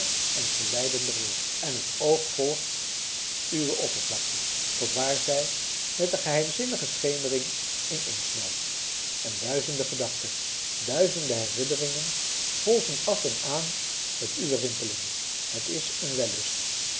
en verleidender wordt en het oog volgt uwe oppervlakte tot waar zij met de geheimzinnige schemering ineensmelt en duizende gedachten duizende herinneringen golven af en aan met uwe rimpeling het is een wellust